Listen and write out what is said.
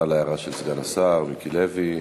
תודה על ההערה של סגן השר מיקי לוי,